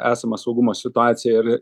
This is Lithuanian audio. esamą saugumo situaciją ir